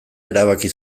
erabaki